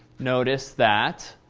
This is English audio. notice that